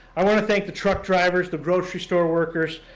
i want to thank the truck drivers, the grocery store workers,